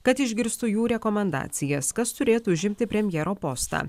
kad išgirstų jų rekomendacijas kas turėtų užimti premjero postą